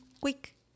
quick